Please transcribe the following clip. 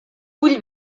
vull